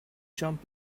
jump